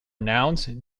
nouns